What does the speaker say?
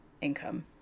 income